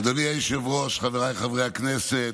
אדוני היושב-ראש, חבריי חברי הכנסת,